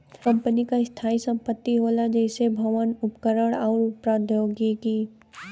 company क स्थायी संपत्ति होला जइसे भवन, उपकरण आउर प्रौद्योगिकी